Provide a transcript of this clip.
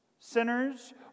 Sinners